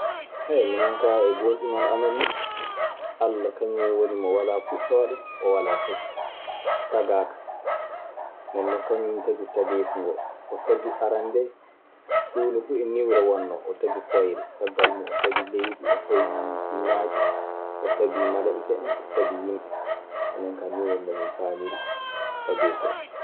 minen kaa e goonɗinal amen nii. Alla, kañun woni mo walaa fuɗɗoode, o walaa cakkite, tagaaka. Ndeen non kañun tagi tageefu ngoo. O tagi arannde huunde fuu e niiwre wonnoo, o tagi fooyre, caggal mun o tagi leydi, o tagi jinaaji, o tagi malayika en, o tagi yimɓe. Minen kaa ɗii woni no min paamiri tageefu oo.